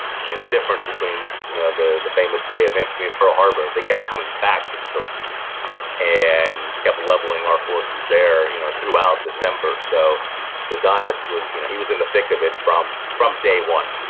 and the difference between you know the the famous day of infamy of pearl harbor, they kept coming back to the philippines and kept leveling our forces there you know throughout december. so so dyess was, he was in the thick of it from from day one